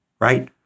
right